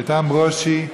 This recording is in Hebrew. איתן ברושי,